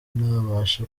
ntabashe